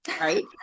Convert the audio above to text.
right